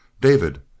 David